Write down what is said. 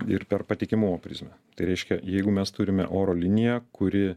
ir per patikimumo prizmę tai reiškia jeigu mes turime oro liniją kuri